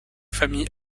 famille